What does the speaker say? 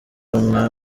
umwe